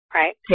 right